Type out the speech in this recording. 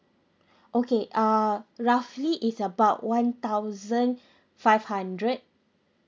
okay uh roughly is about one thousand five hundred